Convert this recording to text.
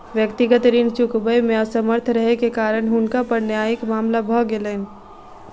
व्यक्तिगत ऋण चुकबै मे असमर्थ रहै के कारण हुनका पर न्यायिक मामला भ गेलैन